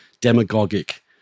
demagogic